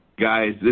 Guys